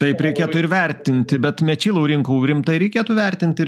taip reikėtų ir vertinti bet mečy laurinkau rimtai reikėtų vertint ir